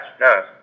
no